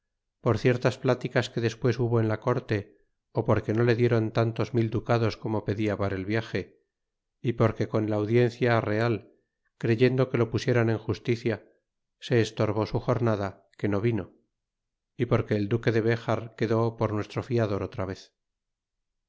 por ciertas pláticas que despues hubo en la corte ó porque no le dieron tantos mil ducados como pedia para el viaje y porque con el audiencia real creyendo que lo pusieran en justicia se estorbó su jornada que no vino é porque el duque de bejar quedó por nuestro fiador otra vez